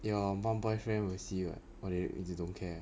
your mum boyfriend will see [what] how do you 一直 don't care ah